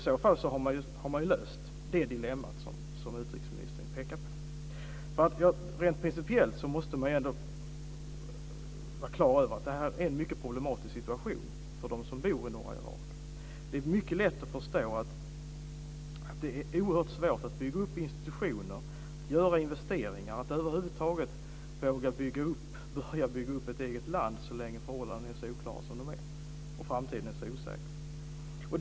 I så fall har man ju löst det dilemma som utrikesministern pekade på. Rent principiellt måste man ändå ha klart för sig att detta är en mycket problematisk situation för dem som bor i norra Irak. Det är mycket lätt att förstå att det är oerhört svårt att bygga upp institutioner, göra investeringar och att över huvud taget våga börja bygga upp ett eget land så länge förhållandena är så oklara som de är och framtiden så osäker.